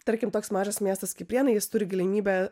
tarkim toks mažas miestas kaip prienai jis turi galimybę